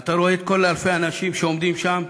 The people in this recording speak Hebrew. אתה רואה את כל אלפי האנשים שעומדים שם,